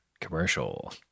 commercial